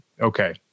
Okay